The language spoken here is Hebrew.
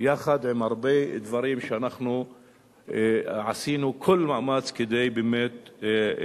יחד עם הרבה דברים שאנחנו עשינו כל מאמץ כדי לקדם.